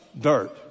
dirt